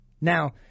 Now